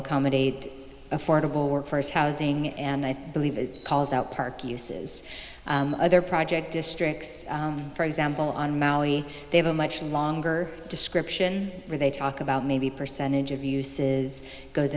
accommodate affordable work first housing and i believe it calls out park uses other project districts for example on maui they have a much longer description where they talk about maybe percentage of uses goes